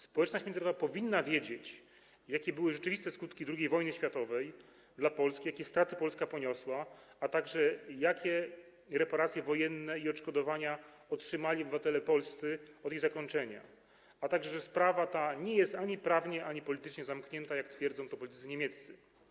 Społeczność międzynarodowa powinna wiedzieć, jakie były dla Polski rzeczywiste skutki II wojny światowej, jakie straty Polska poniosła, a także jakie reparacje wojenne i odszkodowania otrzymali obywatele polscy od czasu jej zakończenia oraz że sprawa ta nie jest ani prawnie, ani politycznie zamknięta, jak twierdzą politycy niemieccy.